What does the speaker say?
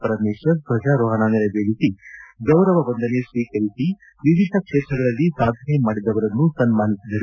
ಪರಮೇಶ್ವರ್ ದ್ವಜಾರೋಹಣ ನೆರವೇರಿಸಿ ಗೌರವವಂದನೆ ಸ್ವೀಕರಿಸಿ ವಿವಿಧ ಕ್ಷೇತ್ರಗಳಲ್ಲಿ ಸಾಧನೆ ಮಾಡಿದವರನ್ನು ಸನ್ಮಾನಿಸಿದರು